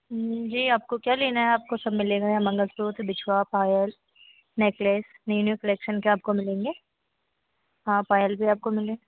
यह आपको क्या लेना है आपको सब मिलेगा यहाँ मंगलसूत्र बिछुआ पायल नेकलेस न्यू न्यू कलेक्शन के आपको मिलेंगे हाँ पायल भी आपको मिले